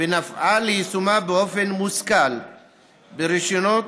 ונפעל ליישומה באופן מושכל ברישיונות,